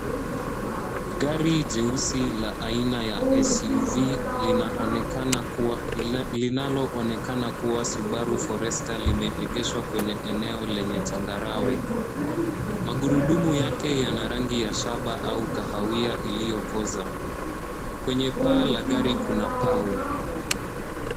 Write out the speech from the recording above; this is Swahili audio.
Gari jeusi la aina ya SUV linaloonekana kuwa subaru forester limeegeshwa kwenye eneo lenye changarawe. Magurudumu yake yana rangi ya shaba au kahawia iliyokoza. Kwenye paa la gari kuna pau.